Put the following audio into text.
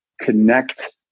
connect